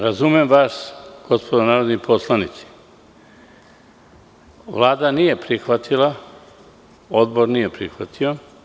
Razumem vas gospodo narodni poslanici, Vlada nije prihvatila, odbor nije prihvatio.